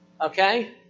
okay